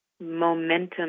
momentum